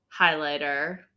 highlighter